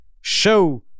Show